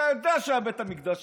אתה יודע שהוא היה בית המקדש